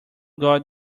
got